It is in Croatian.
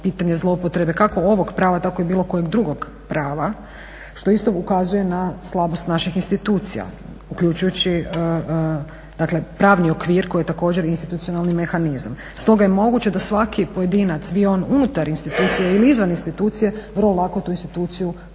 pitanje zloupotrebe kako ovog prava tako i bilo kojeg drugog prava što isto ukazuje na slabost naših institucija, uključujući pravni okvir koji je također institucionalni mehanizam. Stoga je moguće da svaki pojedinac bio on unutar institucije ili izvan institucije vrlo lako tu instituciju ili